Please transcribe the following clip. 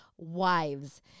Wives